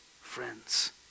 friends